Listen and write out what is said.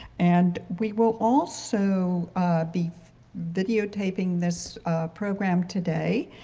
and we will also be videotaping this program today.